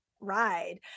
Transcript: ride